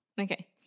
Okay